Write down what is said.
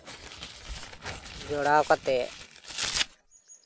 ᱡᱚᱲᱟᱣ ᱠᱟᱛᱮ